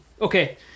okay